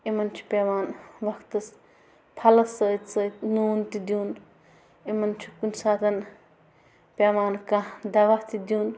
یِمَن چھِ پٮ۪وان وَقتَس پھلَس سۭتۍ سۭتۍ نوٗن تہِ دیُن یِمَن چھُ کُنہِ ساتہٕ پٮ۪وان کانٛہہ دوا تہِ دیُن